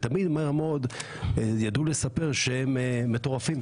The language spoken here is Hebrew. ותמיד מהר מאוד ידעו לספר שהם מטורפים.